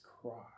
cross